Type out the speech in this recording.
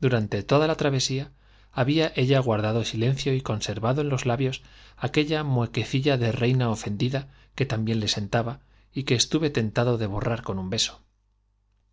durante toda la travesía había ella guardado silen de cio y conservado en los labios aquella muequecilla reina ofendida que tan bien le sentaba y q ue estuve tentado de borrar con un beso